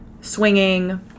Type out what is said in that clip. swinging